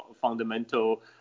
fundamental